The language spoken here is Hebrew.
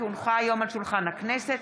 כי הונחה היום על שולחן הכנסת,